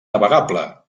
navegable